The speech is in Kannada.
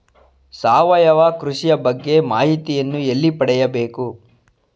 ಸಾವಯವ ಕೃಷಿಯ ಬಗ್ಗೆ ಮಾಹಿತಿಯನ್ನು ಎಲ್ಲಿ ಪಡೆಯಬೇಕು?